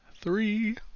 three